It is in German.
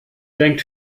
denkt